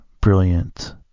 brilliant